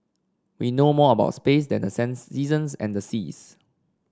we know more about space than the sense seasons and seas